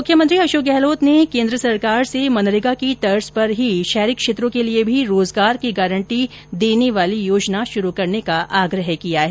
मुख्यमंत्री अशोक गहलोत ने केन्द्र सरकार से मनरेगा की तर्ज पर ही शहरी क्षेत्रों के लिए भी रोजगार की गारंटी देने वाली योजना शुरू करने का आग्रह किया है